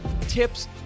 tips